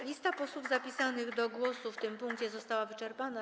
Lista posłów zapisanych do głosu w tym punkcie została wyczerpana.